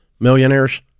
millionaires